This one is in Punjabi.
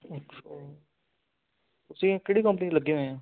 ਅੱਛਾ ਤੁਸੀਂ ਕਿਹੜੀ ਕੰਪਨੀ ਲੱਗੇ ਹੋਏ ਆਂ